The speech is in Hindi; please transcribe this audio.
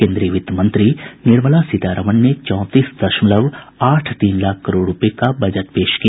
केन्द्रीय वित्त मंत्री निर्मला सीतारमन ने चौंतीस दशमलव आठ तीन लाख करोड़ रूपये का बजट पेश किया